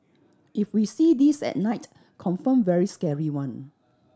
if we see this at night confirm very scary one